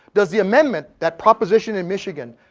does the amendment, that proposition in michigan,